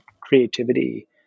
creativity